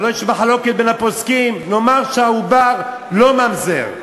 הלוא יש מחלוקת בין הפוסקים, נאמר שהעובר לא ממזר,